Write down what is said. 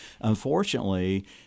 unfortunately